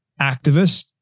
activist